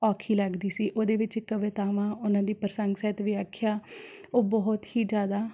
ਔਖੀ ਲੱਗਦੀ ਸੀ ਉਹਦੇ ਵਿੱਚ ਕਵਿਤਾਵਾਂ ਉਹਨਾਂ ਦੀ ਪ੍ਰਸੰਗ ਸਹਿਤ ਵਿਆਖਿਆ ਉਹ ਬਹੁਤ ਹੀ ਜ਼ਿਆਦਾ